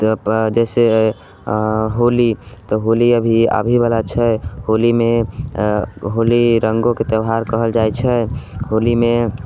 ताहि पर जैसे होली तऽ होली अभी आबहेबला छै होलीमे होली रङ्गोके त्यौहार कहल जाइत छै होलीमे